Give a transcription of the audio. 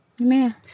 Amen